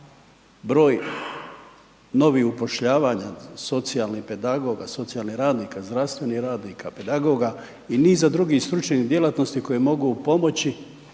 broj novi upošljavanja socijalnih pedagoga, socijalnih radnika, zdravstvenih radnika, pedagoga i niza drugih stručnih djelatnosti koji mogu pomoći